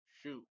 shoot